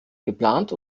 geplant